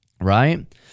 Right